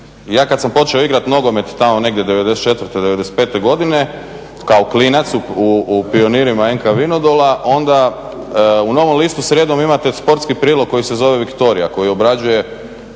ja kad sam počeo igrati nogomet tamo negdje '94., '95. godine kao klinac u pionirima NK Vinodola onda u Novom listu srijedom imate sportski prilog koji se zove Viktorija koji obrađuje